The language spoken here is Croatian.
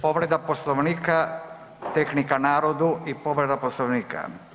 Povreda Poslovnika, tehnika narodu i povreda Poslovnika.